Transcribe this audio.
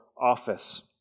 office